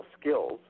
skills